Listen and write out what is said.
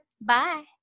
Bye